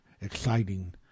exciting